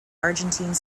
argentine